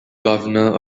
governor